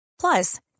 Plus